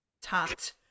tat